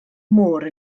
môr